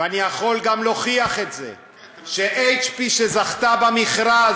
ואני יכול גם להוכיח את זה ש-HP, שזכתה במכרז,